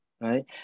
right